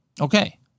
Okay